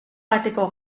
bateko